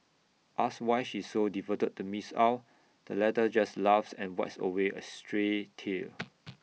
asked why she is so devoted to miss Ow the latter just laughs and wipes away A stray tear